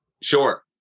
sure